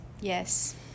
Yes